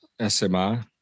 SMI